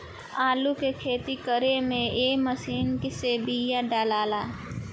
आलू के खेती करे में ए मशीन से बिया डालाला